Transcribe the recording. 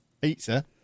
Pizza